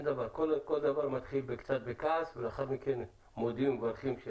כל דבר מתחיל קצת בכעס ולאחר מכן מודים ומברכים,